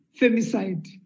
femicide